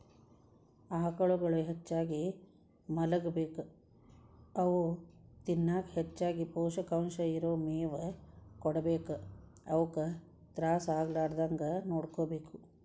ಆಕಳುಗಳು ಹೆಚ್ಚಾಗಿ ಮಲಗಬೇಕು ಅವು ತಿನ್ನಕ ಹೆಚ್ಚಗಿ ಪೋಷಕಾಂಶ ಇರೋ ಮೇವು ಕೊಡಬೇಕು ಅವುಕ ತ್ರಾಸ ಆಗಲಾರದಂಗ ನೋಡ್ಕೋಬೇಕು